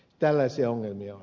tällaisia ongelmia on